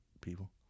People